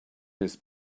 his